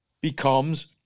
becomes –